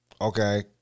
Okay